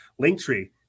linktree